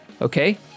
Okay